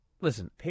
Listen